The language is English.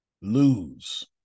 Lose